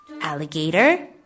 alligator